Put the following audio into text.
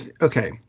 okay